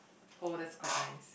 oh that's quite nice